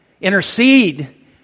Intercede